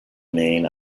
main